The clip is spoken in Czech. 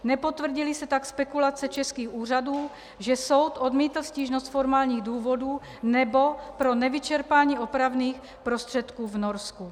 Nepotvrdily se tak spekulace českých úřadů, že soud odmítl stížnost z formálních důvodů nebo pro nevyčerpání opravných prostředků v Norsku.